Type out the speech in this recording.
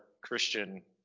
christian